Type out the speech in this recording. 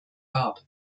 gab